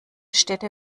städte